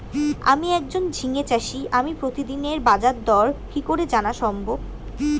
আমি একজন ঝিঙে চাষী আমি প্রতিদিনের বাজারদর কি করে জানা সম্ভব?